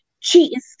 cheating